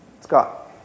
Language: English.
Scott